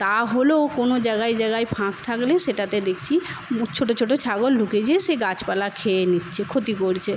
তা হলেও কোনো জায়গায় জায়গায় ফাঁক থাকলেও সেটাতে দেখছি ছোট ছোট ছাগল ঢুকে যেয়ে সে গাছপালা খেয়ে নিচ্ছে ক্ষতি করছে